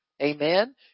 Amen